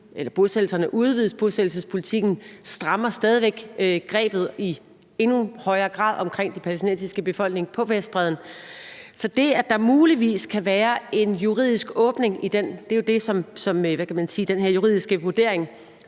udvides; bosættelsespolitikken strammer stadig grebet i endnu højere grad omkring den palæstinensiske befolkning på Vestbredden. Så er det, at der muligvis kan være en juridisk åbning, noget, som ordføreren